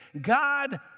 God